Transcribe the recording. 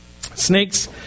Snakes